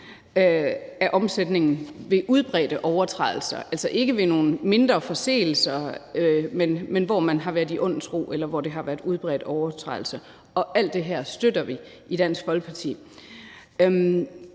af omsætningen ved udbredte overtrædelser, altså ikke ved nogle mindre forseelser, men hvor man har været i ond tro, eller hvor der har været tale om en udbredt overtrædelse. Og alt det her støtter vi i Dansk Folkeparti.